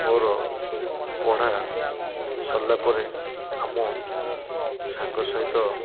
ମୋର ପଢ଼ା ସରିଲା ପରେ ଆମ ସାଙ୍ଗ ସହିତ